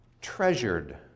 treasured